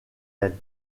elle